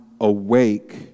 awake